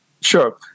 Sure